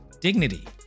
dignity